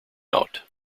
out